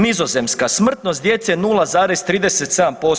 Nizozemska, smrtnost djece 0,37%